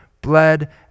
bled